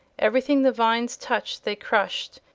everything the vines touched they crushed,